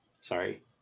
Sorry